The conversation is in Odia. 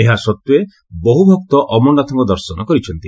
ଏହା ସତ୍ୱେ ବହୁ ଭକ୍ତ ଅମରନାଥଙ୍କ ଦର୍ଶନ କରିଛନ୍ତି